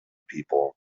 people